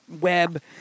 web